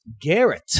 Garrett